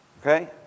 Okay